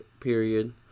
period